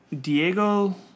Diego